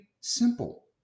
simple